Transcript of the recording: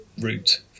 route